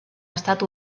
estat